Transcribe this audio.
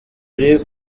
ari